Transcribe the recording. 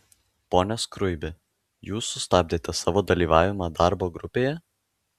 pone skruibi jūs sustabdėte savo dalyvavimą darbo grupėje